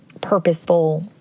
purposeful